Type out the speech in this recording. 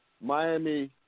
Miami